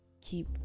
keep